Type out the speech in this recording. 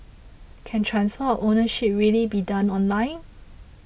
can transfer of ownership really be done online